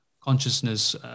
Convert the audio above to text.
consciousness